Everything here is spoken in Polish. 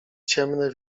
ciemne